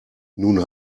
nun